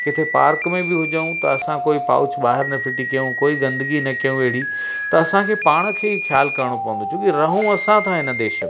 किथे पार्क में बि हुजऊं त असां कोई पाउच ॿाहिरि न फिटी कयऊं कोई गंदगी न कयऊं अहिड़ी त असांखे पाण खे ई ख़्याल करिणो पवंदो छो कि रहूं असां था हिन देश में